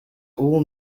all